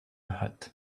hut